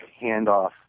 handoff